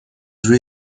روی